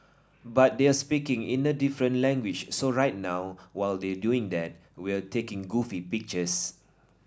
but they're speaking in a different language so right now while they're doing that we're taking goofy pictures